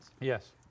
Yes